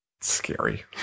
scary